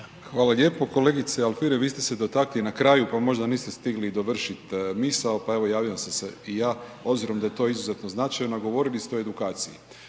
Hvala lijepo. Kolegice Alfirev vi ste se dotakli na kraju pa možda niste stigli dovršiti misao pa evo javljam se i ja obzirom da je to izuzetno značajno, govorili ste o edukaciji.